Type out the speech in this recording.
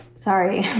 sorry.